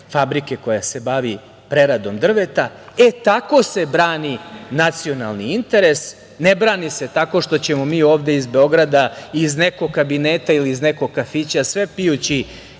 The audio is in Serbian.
fabrike koja se bavi preradom drveta.E, tako se brani nacionalni interes, ne brani se tako što ćemo mi ovde iz Beograda, iz nekog kabineta ili iz nekog kafića sve pijući